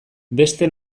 beste